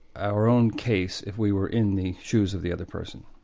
our own case if we were in the shoes of the other person.